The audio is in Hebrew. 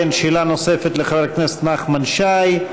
שאלה נוספת לחברי הכנסת נחמן שי,